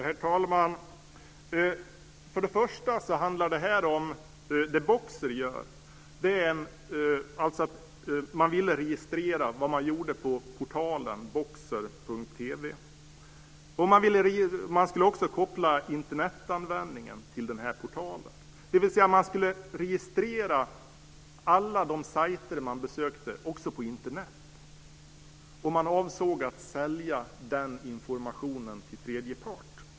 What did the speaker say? Herr talman! För det första handlar det här om det som Boxer gör. Man registrerar vad kunden gör på portalen boxer.tv. Man skulle också koppla Internetanvändningen till den här portalen, dvs. man skulle också registrera alla de sajter som kunden besöker på Internet. Man avsåg att sälja den informationen till tredje part.